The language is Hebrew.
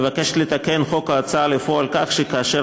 מבקשת לתקן את חוק ההוצאה לפועל כך שכאשר